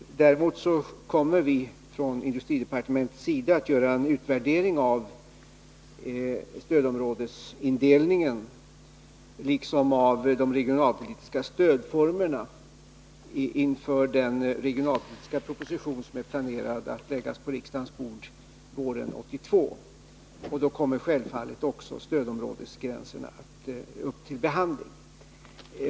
Däremot kommer vi från industridepartementets sida att göra en utvärdering av stödområdesindelningen liksom av de regionalpolitiska stödformerna, inför den regionalpolitiska proposition som vi planerar att lägga på riksdagens bord våren 1982. Då kommer självfallet också stödområdesgränserna upp till behandling.